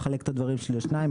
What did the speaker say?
אני אחלק את הדברים שלי לשניים,